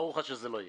ברור לך שזה לא יהיה.